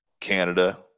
Canada